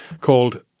called